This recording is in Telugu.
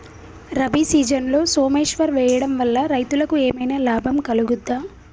రబీ సీజన్లో సోమేశ్వర్ వేయడం వల్ల రైతులకు ఏమైనా లాభం కలుగుద్ద?